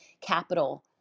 capital